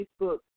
Facebook